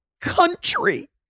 country